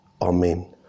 Amen